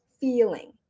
feeling